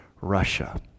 Russia